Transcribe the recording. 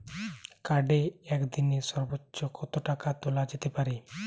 কার্ডে একদিনে সর্বোচ্চ কত টাকা তোলা যেতে পারে?